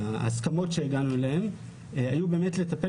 ההסכמות שהגענו אליהן היו כדי לטפל